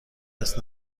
است